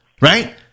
Right